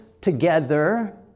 together